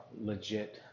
legit